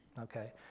okay